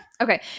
Okay